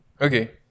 Okay